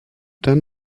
them